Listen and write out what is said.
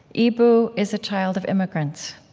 eboo is a child of immigrants.